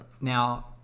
Now